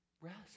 rest